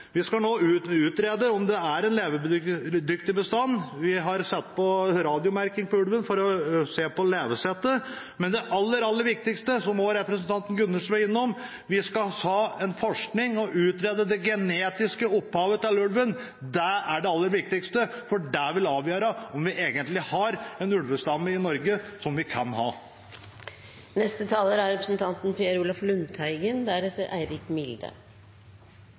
da skal det forvaltes på en fornuftig måte. Det tror jeg vi nå klarer å få til. Vi skal nå utrede om det er en levedyktig bestand. Vi har radiomerket ulven for å se på levesettet. Men det aller viktigste, som også representanten Gundersen var innom: Vi skal ha forskning og utrede det genetiske opphavet til ulven. Det er det aller viktigste, for det vil avgjøre om vi egentlig har en ulvestamme i Norge som vi kan ha.